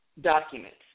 documents